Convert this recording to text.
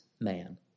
man